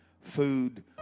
Food